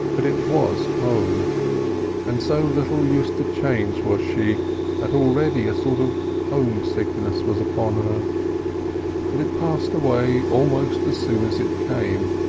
but it was home and so little used to change was she that already a sort of home-sickness was upon her but it passed away almost as soon as it came,